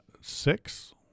six